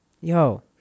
Yo